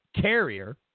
Carrier